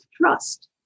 trust